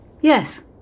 Yes